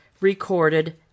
recorded